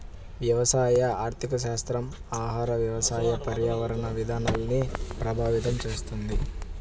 వ్యవసాయ ఆర్థికశాస్త్రం ఆహార, వ్యవసాయ, పర్యావరణ విధానాల్ని ప్రభావితం చేస్తుంది